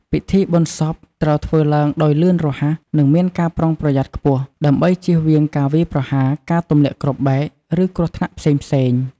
ពិធីបុណ្យសពត្រូវធ្វើឡើងដោយលឿនរហ័ស និងមានការប្រុងប្រយ័ត្នខ្ពស់ ដើម្បីជៀសវាងការវាយប្រហារ ការទម្លាក់គ្រាប់បែក ឬគ្រោះថ្នាក់ផ្សេងៗ។